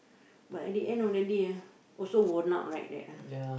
but at the end of the day ah also worn out right that ah